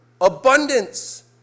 abundance